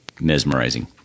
mesmerizing